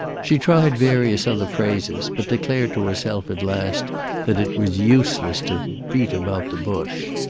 she tried various other phrases, but declared to herself at last that it was useless to beat about the bush.